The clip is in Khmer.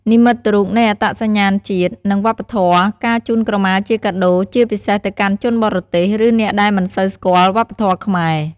និមិត្តរូបនៃអត្តសញ្ញាណជាតិ និងវប្បធម៌ការជូនក្រមាជាកាដូ ជាពិសេសទៅកាន់ជនបរទេស ឬអ្នកដែលមិនសូវស្គាល់វប្បធម៌ខ្មែរ។